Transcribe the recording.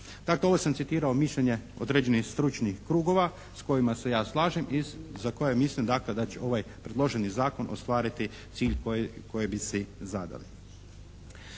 Dakle, ovo sam citirao mišljenje određenih stručnih krugova s kojima se ja slažem i za koje mislim dakle da će ovaj predloženi Zakon ostvariti cilj koji bi si zadali.